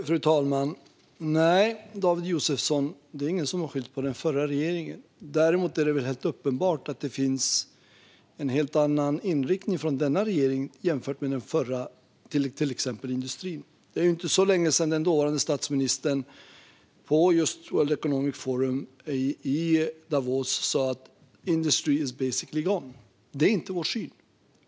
Fru talman! Nej, David Josefsson, det är ingen som har skyllt på den förra regeringen. Däremot är det väl helt uppenbart att det finns en annan inriktning från denna regering jämfört med den förra till exempel när det gäller industrin. Det är ju inte särskilt länge sedan som den dåvarande statsministern på World Economic Forum i Davos, tror jag, sa: The industry is basically gone. Det är inte vår syn.